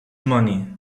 money